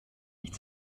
nicht